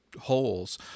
holes